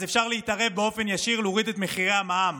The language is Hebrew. אז אפשר להתערב באופן ישיר, להוריד את מחירי המע"מ